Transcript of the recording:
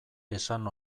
esan